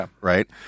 right